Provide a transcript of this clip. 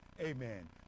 amen